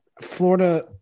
Florida